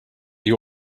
you